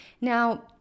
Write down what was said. Now